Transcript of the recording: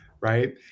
right